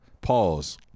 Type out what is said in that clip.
pause